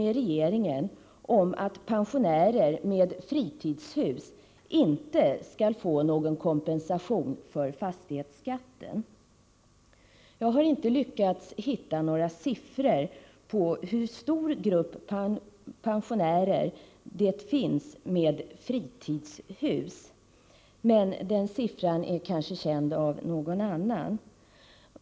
Enligt regeringen skall pensionärer med fritidshus inte få någon kompensation för fastighetsskatten. Jag har inte lyckats hitta någon siffra som säger hur stor den grupp pensionärer är som har eget fritidshus. Men den siffran känner kanske någon annan till.